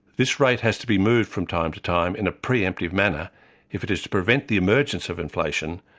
this rate has to be moved from time to time in a pre-emptive manner if it is to prevent the emergence of inflation,